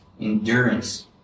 endurance